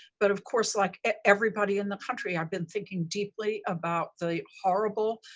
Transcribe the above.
but, of course, like everybody in the country, i've been thinking deeply about the horrible,